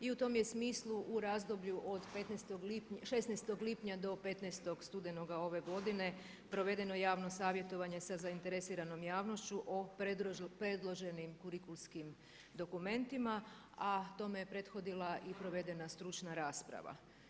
I u tom je smislu u razdoblju od 16. lipnja do 15. studenog ove godine provedeno javno savjetovanje sa zainteresiranom javnošću o predloženim kurikulskim dokumentima a tome je prethodila i provedena stručna rasprava.